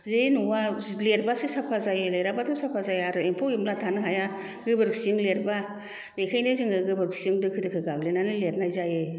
जै न'आ लिरबासो साफा जायो आरो लिराबाथ' साफा जाया एम्फौ एनला थानो हाया गोबोरखिजों लिरबा बेखायनो जोङो गोबोरखिजों दोखो दोखो गाग्लिनानै लिरनाय जायो